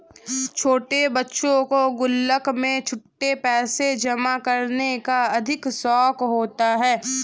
छोटे बच्चों को गुल्लक में छुट्टे पैसे जमा करने का अधिक शौक होता है